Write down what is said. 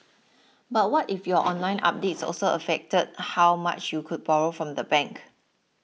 but what if your online updates also affected how much you could borrow from the bank